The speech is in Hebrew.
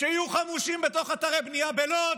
שיהיו חמושים בתוך אתרי בנייה בלוד,